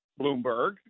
Bloomberg